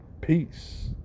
Peace